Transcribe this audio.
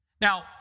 Now